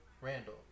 Randall